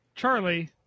Charlie